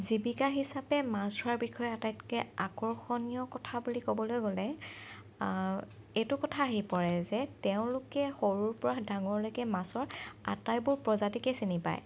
জীৱিকা হিচাপে মাছ ধৰাৰ বিষয়ে আটাইতকৈ আকৰ্ষণীয় কথা বুলি ক'বলৈ গ'লে এইটো কথা আহি পৰে যে তেওঁলোকে সৰুৰ পৰা ডাঙৰলৈকে মাছৰ আটাইবোৰ প্ৰজাতিকে চিনি পায়